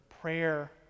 prayer